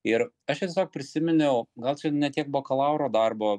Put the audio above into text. ir aš čia tiesiog prisiminiau gal ne tiek bakalauro darbo